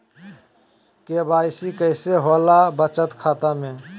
KYC कैसे होला बचत खाता में?